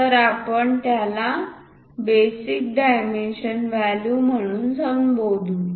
तर आपण याला बेसिक डायमेंशन व्हॅल्यू म्हणून संबोधू